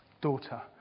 Daughter